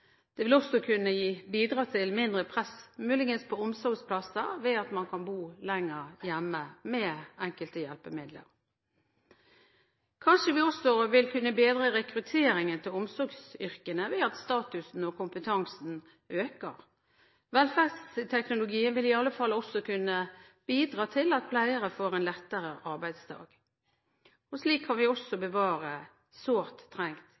Den vil muligens også kunne bidra til mindre press på omsorgsplasser, ved at man kan bo lenger hjemme, med enkelte hjelpemidler. Kanskje vi også vil kunne bedre rekrutteringen til omsorgsyrkene ved at statusen og kompetansen øker. Velferdsteknologien vil i alle fall kunne bidra til at pleiere får en lettere arbeidsdag. Slik får vi også bevart sårt